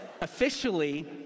officially